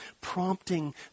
prompting